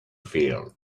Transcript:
field